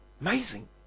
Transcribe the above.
Amazing